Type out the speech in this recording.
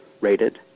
rated